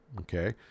Okay